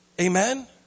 Amen